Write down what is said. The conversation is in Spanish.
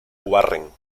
warren